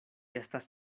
estas